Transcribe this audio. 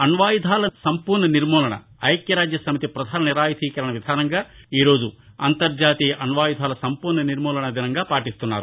అణ్వాయుధాల సంపూర్ణనిర్మూలన ఐక్యరాజ్యసమితి పధాన నిరాయుధీకరణ విధానంగా ఈరోజు అంతర్జాతీయ అణ్వాయుధాల సంపూర్ణ నిర్మాలనా దినంగా పాటిస్తున్నారు